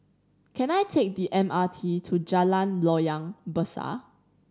can I take the M R T to Jalan Loyang Besar